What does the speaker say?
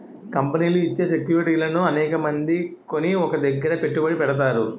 కంపెనీలు ఇచ్చే సెక్యూరిటీలను అనేకమంది కొని ఒక దగ్గర పెట్టుబడి పెడతారు